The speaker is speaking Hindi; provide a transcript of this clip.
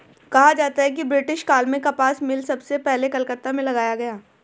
कहा जाता है कि ब्रिटिश काल में कपास मिल सबसे पहले कलकत्ता में लगाया गया